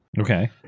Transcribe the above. Okay